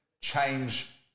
change